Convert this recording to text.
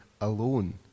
alone